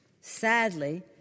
Sadly